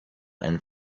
and